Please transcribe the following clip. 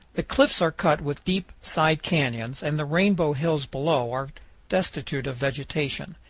the cliffs are cut with deep side canyons, and the rainbow hills below are destitute of vegetation.